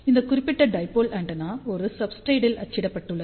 இந்த குறிப்பிட்ட dipole antenna ஒரு சப்ஸ்ரேட் ல் அச்சிடப்பட்டுள்ளது